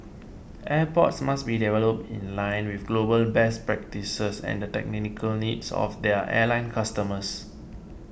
airports must be developed in line with global best practices and the technical needs of their airline customers